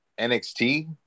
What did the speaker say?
NXT